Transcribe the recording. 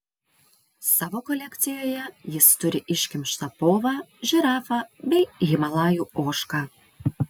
savo kolekcijoje jis turi iškimštą povą žirafą bei himalajų ožką